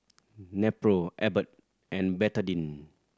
Nepro Abbott and Betadine